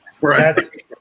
right